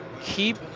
keep